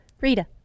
Rita